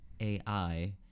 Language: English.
AI